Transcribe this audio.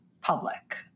public